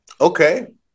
okay